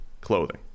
clothing